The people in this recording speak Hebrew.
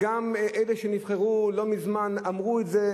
גם אלה שנבחרו לא מזמן אמרו את זה,